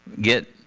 get